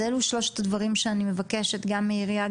אז אלו שלושת הדברים שאני מבקשת מהבחינה הזאת גם מהעירייה,